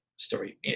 Story